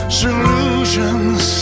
solutions